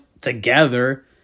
together